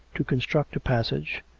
to con struct a passage,